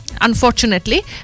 Unfortunately